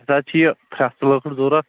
اَسہِ حظ چھُ یہِ پھرٛستُک وستُک ضروٗرت